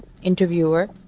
interviewer